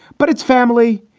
but it's family.